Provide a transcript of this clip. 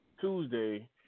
Tuesday